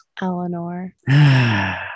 eleanor